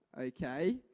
okay